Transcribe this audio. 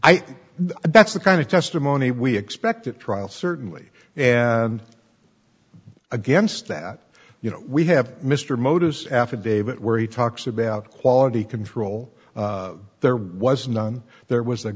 think that's the kind of testimony we expect at trial certainly and against that you know we have mr motos affidavit where he talks about quality control there was none there was a